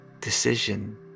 decision